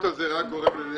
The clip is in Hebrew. זה רק גורם לנזק.